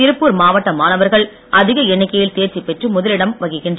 திருப்பூர் மாவட்ட மாணவர்கள் அதிக எண்ணிக்கையில் தேர்ச்சி பெற்று முதலிடம் வகிக்கிறது